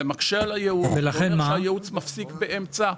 זה מקשה על הייעוץ ולכן הייעוץ בעצם מפסיק באמצע.